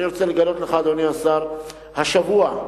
אני רוצה לגלות לך, אדוני השר, השבוע,